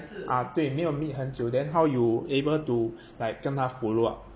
啊对没有 meet 很久 then how you able to like 跟他 follow up